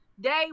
day